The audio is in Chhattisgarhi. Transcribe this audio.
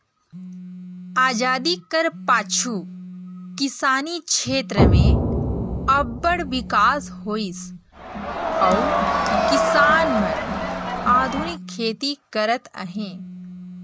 अजादी कर पाछू किसानी छेत्र में अब्बड़ बिकास होइस अउ किसान मन आधुनिक खेती करत अहें